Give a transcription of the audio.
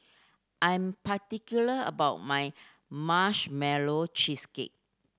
I am particular about my Marshmallow Cheesecake